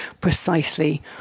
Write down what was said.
precisely